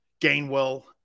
Gainwell